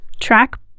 track